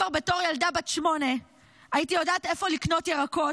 כבר בתור ילדה בת שמונה הייתי יודעת איפה לקנות ירקות,